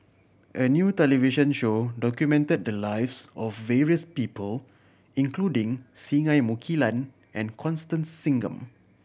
a new television show documented the lives of various people including Singai Mukilan and Constance Singam